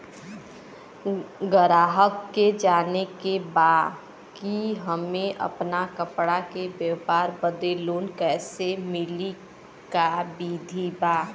गराहक के जाने के बा कि हमे अपना कपड़ा के व्यापार बदे लोन कैसे मिली का विधि बा?